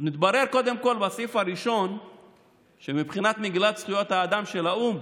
אז מתברר קודם כול בסעיף הראשון שמבחינת מגילת זכויות האדם של האו"ם,